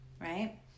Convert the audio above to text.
right